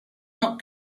not